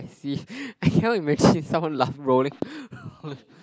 see I cannot imagine someone laugh rolling